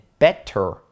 better